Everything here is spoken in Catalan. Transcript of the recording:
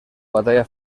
batalla